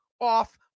off